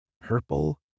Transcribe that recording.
Purple